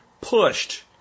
pushed